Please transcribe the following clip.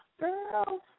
Girl